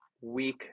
week